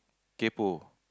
kaypoh